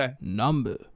Number